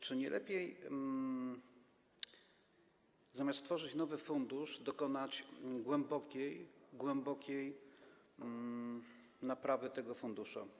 Czy nie lepiej zamiast tworzyć nowy fundusz, dokonać głębokiej, głębokiej naprawy tego funduszu?